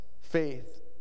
faith